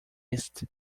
east